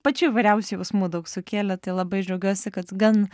pačių įvairiausių jausmų daug sukėlė tai labai džiaugiuosi kad gan